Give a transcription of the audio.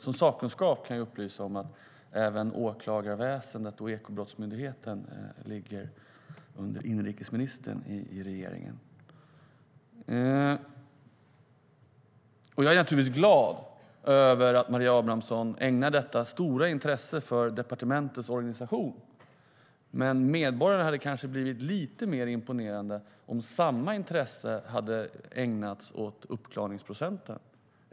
Som sakkunskap kan jag upplysa om att även åklagarväsendet och Ekobrottsmyndigheten ligger under inrikesministern i regeringen. Jag är naturligtvis glad över att Maria Abrahamsson ägnar departementets organisation detta stora intresse, men medborgarna hade kanske blivit lite mer imponerade om samma intresse hade ägnats åt uppklaringsprocenten.